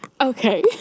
okay